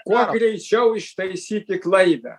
kuo greičiau ištaisyti klaidą